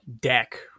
deck